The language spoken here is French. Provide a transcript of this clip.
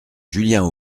julien